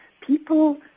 people